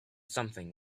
something